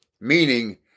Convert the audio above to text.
meaning